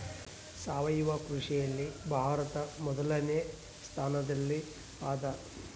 ಸಾವಯವ ಕೃಷಿಯಲ್ಲಿ ಭಾರತ ಮೊದಲನೇ ಸ್ಥಾನದಲ್ಲಿ ಅದ